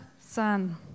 son